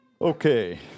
Okay